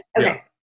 Okay